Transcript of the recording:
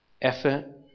effort